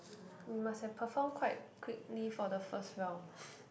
we must have perform quite quickly for the first round